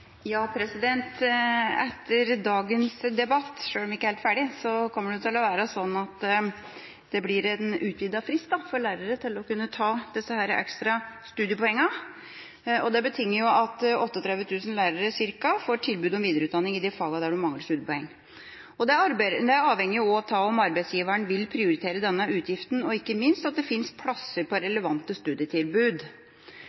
helt ferdig – kommer det til å være sånn at det blir en utvidet frist for lærere til å kunne ta disse ekstra studiepoengene. Det betinger at ca. 38 000 lærere får tilbud om videreutdanning i de fagene der de mangler studiepoeng. Det avhenger også av om arbeidsgiver vil prioritere denne utgiften, og ikke minst at det finnes plasser på